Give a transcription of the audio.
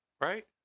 Right